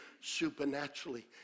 supernaturally